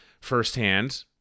firsthand